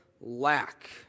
lack